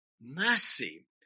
mercy